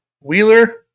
Wheeler